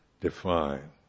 define